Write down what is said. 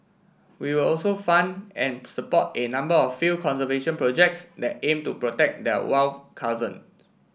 we will also fund and support a number of field conservation projects that aim to protect their wild cousin